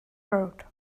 road